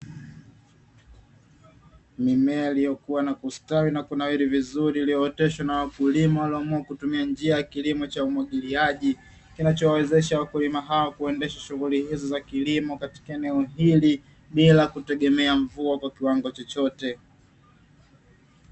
Mimea iliyokuwa na kustawi na kunawiri vizuri iliyooteshwa na wakulima walioamua kutumia njia ya kilimo cha umwagiliaji, kinachowawezesha wakulima hawa kuendesha shughuli hizo za kilimo katika eneo hilo bila kutegemea mvua kwa kiwango chochote.